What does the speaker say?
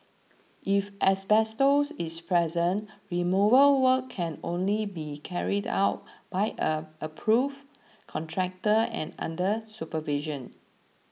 if asbestos is present removal work can only be carried out by an approved contractor and under supervision